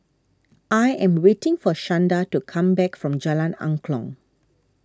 I am waiting for Shanda to come back from Jalan Angklong